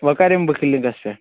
وۅنۍ کَر یمہٕ بہٕ کٕلنِکس پٮ۪ٹھ